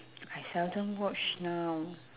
I seldom watch now